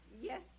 Yes